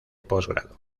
posgrado